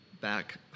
Back